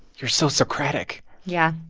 you're so socratic yeah,